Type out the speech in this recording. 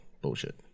Bullshit